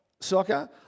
soccer